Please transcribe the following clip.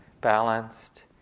balanced